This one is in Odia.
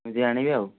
ଏତିକି ଆଣିବେ ଆଉ